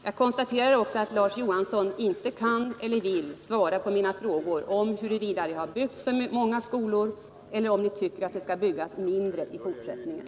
Jag konstaterar också att Larz Johansson inte kan eller vill svara på mina frågor om det har byggts för många skolor eller om ni tycker att det skall byggas färre i fortsättningen.